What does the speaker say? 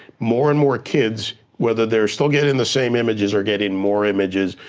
more and more kids, whether they're still getting the same images, are getting more images,